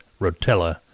Rotella